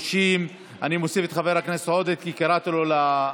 30. אני מוסיף את חבר הכנסת עודד פורר כי קראתי לו להצביע,